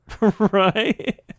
Right